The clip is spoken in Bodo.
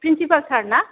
प्रिनसिपाल सार ना